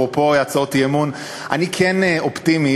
אפרופו הצעות אי-אמון: אני כן אופטימי,